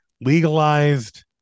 legalized